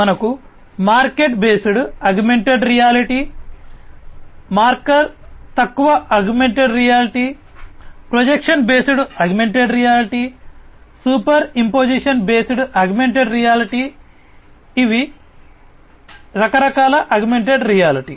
మనకు marker based augmented reality marker తక్కువ augmented reality projection based augmented reality superimposition based augmented reality ఇవి ఈ రకరకాల ఆగ్మెంటెడ్ రియాలిటీ